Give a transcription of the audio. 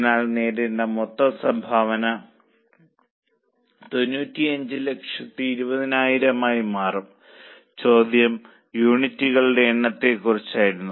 അതിനാൽ നേടേണ്ട മൊത്തം സംഭാവന 9520000 ആയി മാറുന്നു ചോദ്യം യൂണിറ്റുകളുടെ എണ്ണത്തെക്കുറിച്ചായിരുന്നു